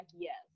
yes